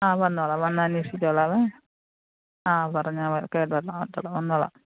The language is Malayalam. ആ വന്നോളാം വന്നന്നേഷിച്ചോളാവെ ആ പറഞ്ഞത് കേട്ടല്ലോ കേട്ട് വന്നോളാം